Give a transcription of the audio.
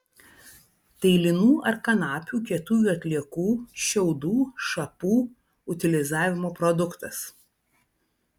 tai linų ar kanapių kietųjų atliekų šiaudų šapų utilizavimo produktas